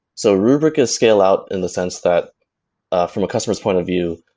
so rubrik is scale-out in the sense that from a customer s point of view,